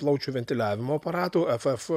plaučių ventiliavimo aparatų ff